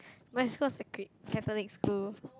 my school was a chri~ catholic school